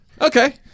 Okay